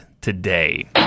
today